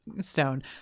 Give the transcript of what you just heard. stone